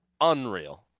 Unreal